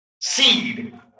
seed